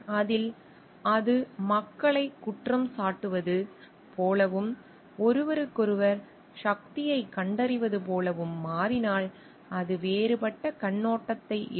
ஆனால் அது மக்களைக் குற்றம் சாட்டுவது போலவும் ஒருவருக்கொருவர் சக்தியைக் கண்டறிவது போலவும் மாறினால் அது வேறுபட்ட கண்ணோட்டத்தை எடுக்கும்